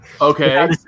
Okay